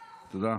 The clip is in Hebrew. תודה.